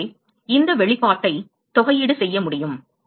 எனவே இந்த வெளிப்பாட்டை தொகையீடு செய்ய முடியும்